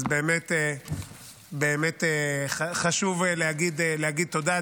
אז באמת חשוב להגיד תודה.